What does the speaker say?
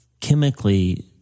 chemically